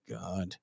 God